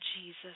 Jesus